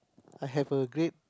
I have a great